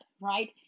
right